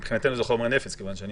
ומבחינתנו זה חומר נפץ כיוון שאני